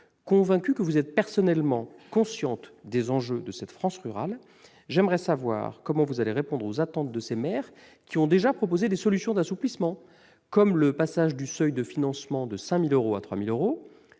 Convaincu que vous êtes personnellement consciente des enjeux de cette France rurale, j'aimerais savoir comment vous allez répondre aux attentes de ces maires, qui ont déjà proposé des solutions d'assouplissement, comme le passage du seuil de financement de 5 000 euros à 3 000 euros,